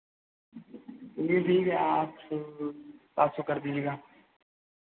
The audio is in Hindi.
चलिए ठीक है आठ सौ पाँच सौ कर दीजिएगा